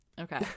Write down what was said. Okay